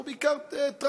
הוא בעיקר טראמפ,